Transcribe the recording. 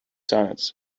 sonnets